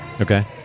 Okay